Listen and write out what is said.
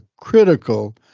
critical